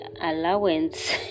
allowance